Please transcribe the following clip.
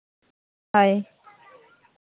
ᱦᱳᱭ